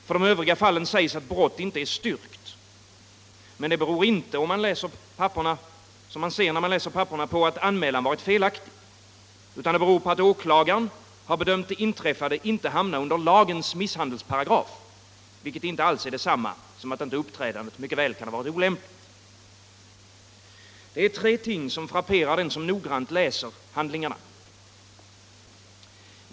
För de övriga fallen sägs att brott inte är styrkt. Men det beror inte, som man ser när man läser papperen, på att anmälan varit felaktig. Det beror i stället på att åklagaren bedömt det inträffade inte hamna under lagens misshandelsparagraf, vilket inte alls är detsamma som att uppträdandet inte kan ha varit olämpligt. Tre ting frapperar den som noggrant läser handlingarna.